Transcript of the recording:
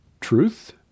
truth